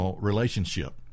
relationship